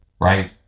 right